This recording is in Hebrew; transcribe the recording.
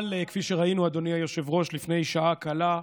אבל כפי שראינו, אדוני היושב-ראש, לפני שעה קלה,